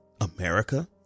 america